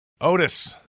Otis